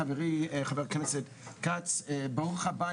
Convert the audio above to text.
חברי חבר הכנסת כץ, ברוך הבא.